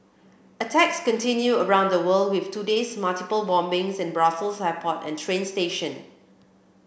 attacks continue around the world with today's multiple bombings in Brussels airport and train station